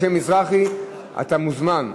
יש למציע משה מזרחי עשר דקות על חשבון המכסה.